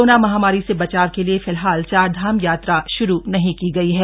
corona महामारी से बचाव के लिए फिलहाल चारधाम यात्रा श्रू नहीं की गयी है